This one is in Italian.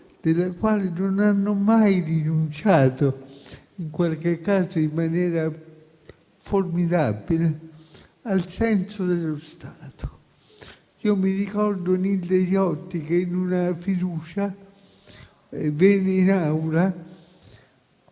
alla quale non hanno mai rinunciato, in qualche caso in maniera formidabile, al senso dello Stato. Mi ricordo Nilde Iotti che in occasione di una